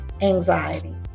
anxiety